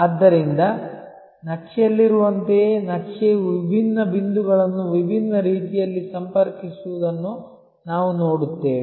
ಆದ್ದರಿಂದ ನಕ್ಷೆಯಲ್ಲಿರುವಂತೆಯೇ ನಕ್ಷೆಯು ವಿಭಿನ್ನ ಬಿಂದುಗಳನ್ನು ವಿಭಿನ್ನ ರೀತಿಯಲ್ಲಿ ಸಂಪರ್ಕಿಸಿರುವುದನ್ನು ನಾವು ನೋಡುತ್ತೇವೆ